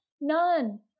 None